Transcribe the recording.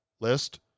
list